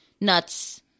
nuts